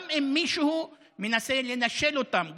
גם אם מישהו מנסה לנשל אותם,